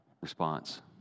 response